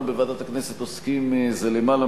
אנחנו בוועדת הכנסת עוסקים זה למעלה